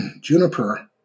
Juniper